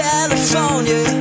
California